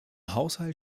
haushalt